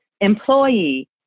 employee